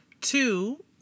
Two